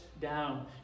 down